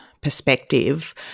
perspective